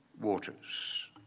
waters